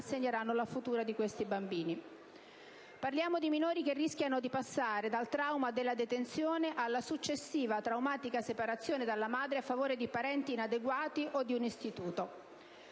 segneranno la vita futura di questi bambini. Parliamo di minori che rischiano di passare dal trauma della detenzione alla successiva traumatica separazione dalla madre a favore di parenti inadeguati o di un istituto.